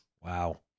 Wow